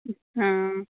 हाँ